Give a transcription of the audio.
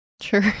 Sure